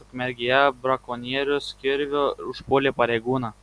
ukmergėje brakonierius kirviu užpuolė pareigūną